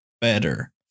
better